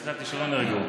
אז חשבתי שלא נהרגו.